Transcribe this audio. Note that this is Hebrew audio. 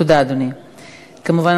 הצעת חוק הביטוח הלאומי (תיקון מס'